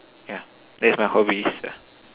yeah that's my hobbies yeah